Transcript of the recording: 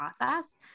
process